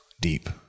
deep